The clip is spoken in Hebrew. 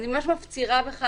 אני ממש מפצירה בך,